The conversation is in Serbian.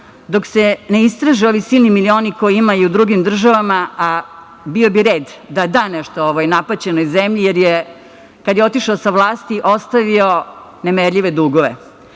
Dok se ne istraže ovi silni milioni koje ima u drugim državama, a bio bi red da da nešto ovoj napaćenoj zemlji jer kad je otišao sa vlasti ostavio nemerljive dugove.